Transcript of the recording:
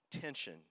tension